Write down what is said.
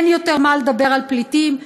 אין יותר מה לדבר על פליטים,